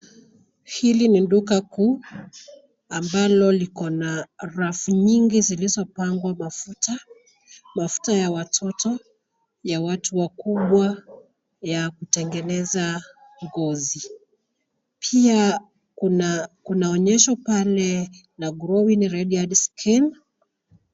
Hili ni duka kuu ambalo liko na rafu nyingi zilizopangwa mafuta, mafuta ya watoto, ya watu wakubwa, ya kutengeneza ngozi. Pia kuna onyesho pale la Glowing Radiant Skin